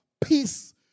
peace